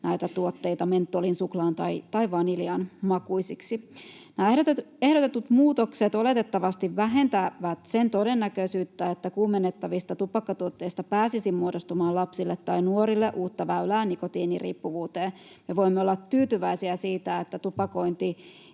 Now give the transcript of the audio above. näitä tuotteita mentolin, suklaan tai vaniljan makuisiksi. Nämä ehdotetut muutokset oletettavasti vähentävät sen todennäköisyyttä, että kuumennettavista tupakkatuotteista pääsisi muodostumaan lapsille tai nuorille uutta väylää nikotiiniriippuvuuteen. Me voimme olla tyytyväisiä siitä, että tupakointi